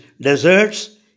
deserts